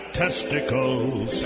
testicles